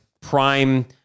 prime